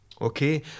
Okay